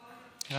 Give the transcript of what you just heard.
אינה